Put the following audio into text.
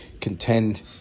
contend